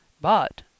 But